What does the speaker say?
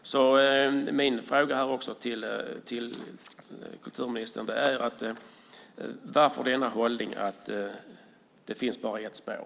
Min fråga till kulturministern är: Varför har man hållningen att det finns bara ett spår?